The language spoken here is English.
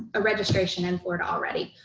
registration in florida already.